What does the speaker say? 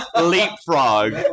leapfrog